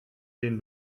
den